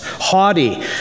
haughty